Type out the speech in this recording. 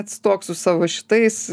atstok su savo šitais